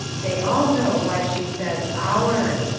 they all know why she says our.